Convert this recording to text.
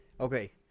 Okay